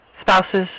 spouses